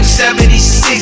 76